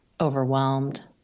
Overwhelmed